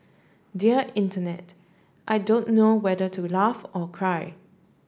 dear Internet I don't know whether to laugh or cry